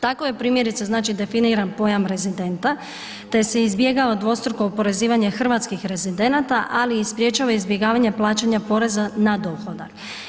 Tako je, primjerice, znači definiran pojam rezidenta te se izbjegava dvostruko oporezivanje hrvatskih rezidenata, ali i sprječava izbjegavanje plaćanja poreza na dohodak.